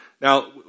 Now